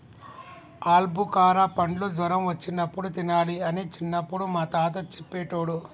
ఆల్బుకార పండ్లు జ్వరం వచ్చినప్పుడు తినాలి అని చిన్నపుడు మా తాత చెప్పేటోడు